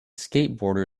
skateboarder